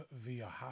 Via